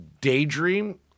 Daydream